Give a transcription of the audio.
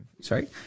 Sorry